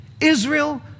Israel